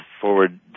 forward